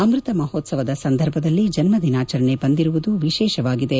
ಅಮೃತ ಮಹೋತ್ಸವದ ಸಂದರ್ಭದಲ್ಲೇ ಜನ್ಮ ದಿನಾಚರಣೆ ಬಂದಿರುವುದು ವಿಶೇಷವಾಗಿದೆ